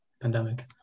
pandemic